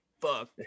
fuck